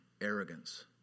arrogance